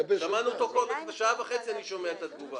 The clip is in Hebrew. אני אגבש --- שעה וחצי אני שומע את התגובה.